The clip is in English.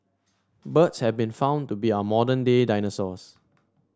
birds have been found to be our modern day dinosaurs